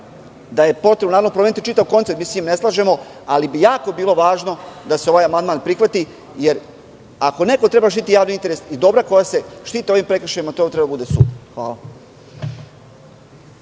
da je potrebno promeniti čitav koncept. Mi se s tim ne slažemo, ali bi jako bilo važno da se ovaj amandman prihvati, jer ako neko treba štititi javni interes i dobra koja se štite ovim prekršajima to bi trebao da bude sud.